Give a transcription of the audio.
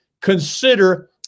consider